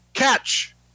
catch